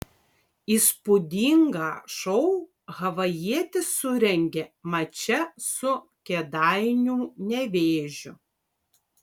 įspūdingą šou havajietis surengė mače su kėdainių nevėžiu